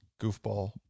goofball